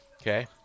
Okay